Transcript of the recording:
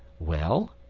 well,